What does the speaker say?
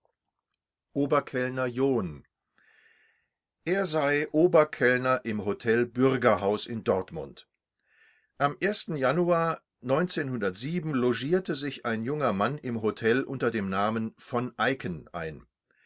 oberkellner john er sei oberkellner im hotel bürgerhaus in dortmund am januar logierte sich ein junger mann im hotel unter dem namen v eicken ein